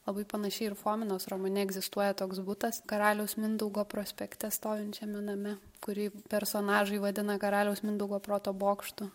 labai panašiai ir fominos romane egzistuoja toks butas karaliaus mindaugo prospekte stovinčiame name kurį personažai vadina karaliaus mindaugo proto bokštu